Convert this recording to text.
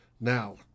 Now